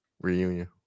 reunion